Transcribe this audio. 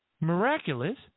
miraculous